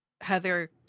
heather